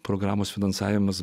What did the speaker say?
programos finansavimas